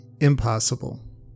impossible